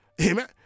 Amen